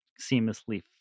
seamlessly